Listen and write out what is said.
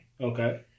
Okay